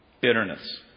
Bitterness